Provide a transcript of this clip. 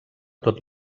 tot